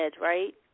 right